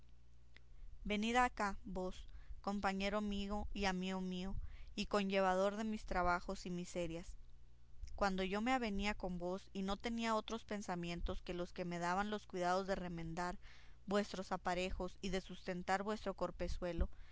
acá compañero mío y amigo mío y conllevador de mis trabajos y miserias cuando yo me avenía con vos y no tenía otros pensamientos que los que me daban los cuidados de remendar vuestros aparejos y de sustentar vuestro